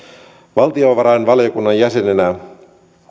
valtiovarainvaliokunnan jäsenenä